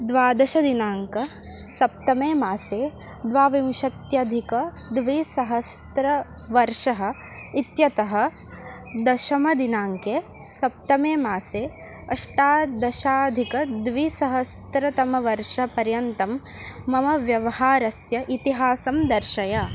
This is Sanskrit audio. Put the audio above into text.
द्वादशदिनाङ्क सप्तमे मासे द्वाविंशत्यधिकद्विसहस्त्रतमवर्षः इत्यतः दशमदिनाङ्के सप्तमे मासे अष्टादशाधिकद्विसहस्त्रतमवर्षपर्यन्तं मम व्यवहारस्य इतिहासं दर्शय